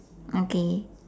okay